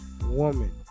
woman